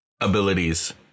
abilities